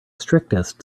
strictest